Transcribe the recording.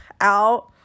out